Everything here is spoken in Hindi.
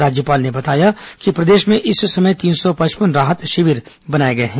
राज्यपाल ने बताया कि प्रदेश में इस समय तीन सौ पचपन राहत शिविर बनाए गए हैं